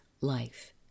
life